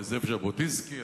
לזאב ז'בוטינסקי,